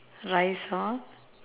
rice hor